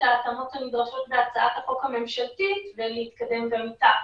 ההתאמות הנדרשות בהצעת החוק הממשלתית ולהתקדם גם אתה.